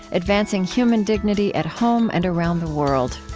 advancing human dignity at home and around the world.